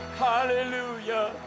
hallelujah